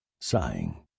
sighing